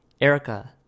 Erica